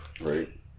right